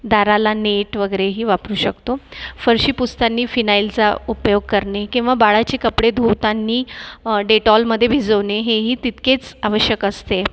दाराला net वगैरेही वापरू शकतो फरशी पुसताना फिनाईलचा उपयोग करणे किंवा बाळाचे कपडे धुताना डेटोलमध्ये भिजवणे हेही तितकेच आवश्यक असते